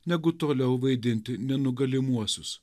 negu toliau vaidinti nenugalimuosius